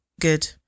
good